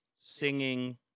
singing